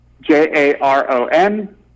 j-a-r-o-n